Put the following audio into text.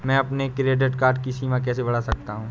मैं अपने credit card की सीमा कैसे बढ़ा सकता हूँ?